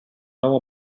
nou